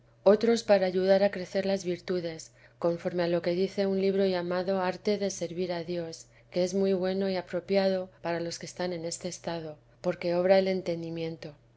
otros para ayudar a crecer las virtudes conforme a lo que dice un libro llamado arte de servir a dios que es muy bueno y apropiado para los que están en este estado porque obra el entendimiento